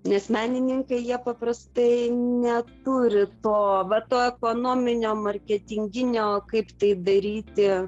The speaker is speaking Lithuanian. nes menininkai jie paprastai neturi to va to ekonominio marketinginio kaip tai daryti